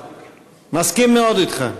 מסכים מאוד אתך.